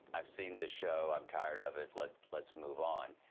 i've seen this show, i'm tired of it, let's let's move on.